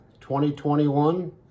2021